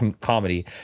comedy